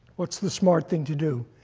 what's the smart thing to do?